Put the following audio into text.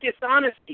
dishonesty